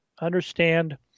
understand